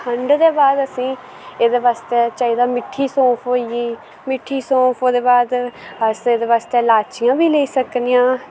खण्ड दै बाद असें एह्दै बास्तै चाहिदा मिट्ठी सौंफ होई मिट्ठी सौंफ ओह्दै बाद अस एह्दै बास्तै लाचियां बी लेई सकने आं